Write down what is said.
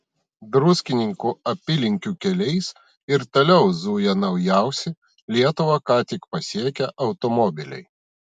druskininkų apylinkių keliais ir toliau zuja naujausi lietuvą ką tik pasiekę automobiliai